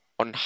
on